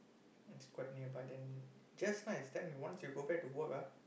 it's quite nearby there just nice then once you go back to work ah